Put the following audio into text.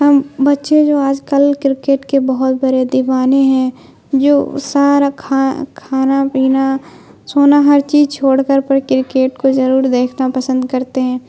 ہم بچے جو آج کل کرکٹ کے بہت بڑے دیوانے ہیں جو سارا کھا کھانا پینا سونا ہر چیز چھوڑ کر پر کرکٹ کو ضرور دیکھنا پسند کرتے ہیں